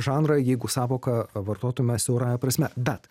žanrą jeigu sąvoką vartotume siaurąja prasme bet